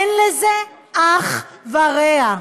אין לזה אח ורע,